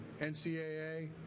NCAA